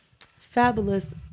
Fabulous